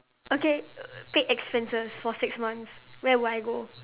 okay paid expenses for six months where would I go